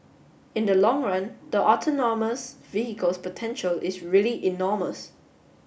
in the long run the autonomous vehicles potential is really enormous